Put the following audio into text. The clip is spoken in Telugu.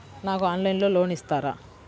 నాకు ఆన్లైన్లో లోన్ ఇస్తారా?